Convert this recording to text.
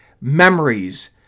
memories